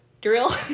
drill